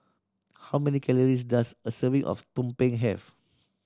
how many calories does a serving of tumpeng have